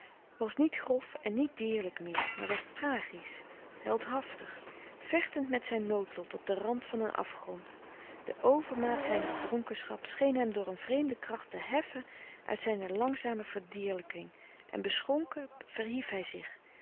was niet grof en niet dierlijk meer maar werd tragisch heldhaftig vechtend met zijn noodlot op den rand van een afgrond de overmaat zijner dronkenschap scheen hem door een vreemde kracht te heffen uit zijne louis couperus de stille kracht langzame verdierlijking en beschonken verhief hij zich